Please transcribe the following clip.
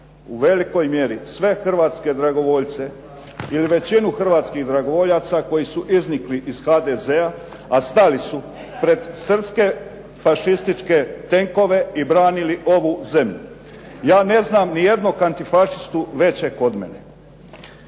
u velikoj mjeri sve hrvatske dragovoljce ili većinu hrvatskih dragovoljaca koji su iznikli iz HDZ-a a stali su pred srpske fašističke tenkove i branili ovu zemlju. Ja ne znam nijednog antifašistu većeg od mene.